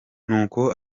nuko